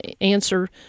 answer